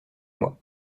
moi